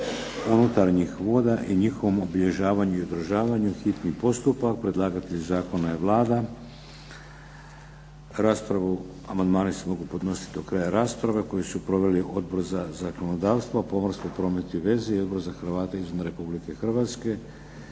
unutarnjih voda i njihovom obilježavanju i održavanju, hitni postupak, prvo i drugo čitanje, P.Z. br. 410 Predlagatelj zakona je Vlada. Raspravu, amandmani se mogu podnositi do kraja rasprave koju su proveli Odbor za zakonodavstvo, pomorski promet i veze i Odbor za Hrvate izvan Republike Hrvatske.